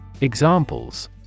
Examples